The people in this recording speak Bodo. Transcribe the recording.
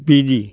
बिदि